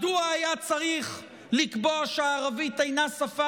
מדוע היה צריך לקבוע שערבית אינה שפה